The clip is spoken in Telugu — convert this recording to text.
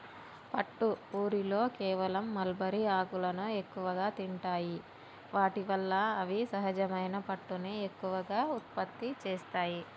పట్టు ఊరిలో కేవలం మల్బరీ ఆకులను ఎక్కువగా తింటాయి వాటి వల్ల అవి సహజమైన పట్టుని ఎక్కువగా ఉత్పత్తి చేస్తాయి